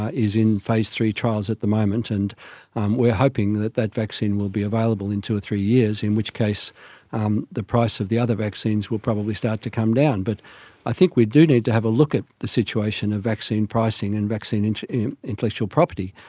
ah is in phase three trials at the moment, and we are hoping that that vaccine will be available in two or three years, in which case um the price of the other vaccines will probably start to come down. but i think we do need to have a look at the situation of vaccine pricing and vaccine intellectual property.